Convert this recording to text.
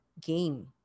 game